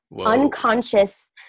unconscious